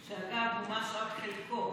חוק, מומש רק בחלקו,